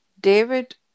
david